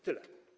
Tyle.